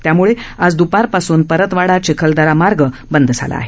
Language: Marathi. त्यामुळे आज द्पारपासून परतवाडा चिखलदारा मार्ग बंद झाला आहे